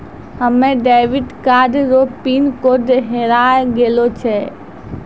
हमे debit card रो pin code हेराय गेलो छै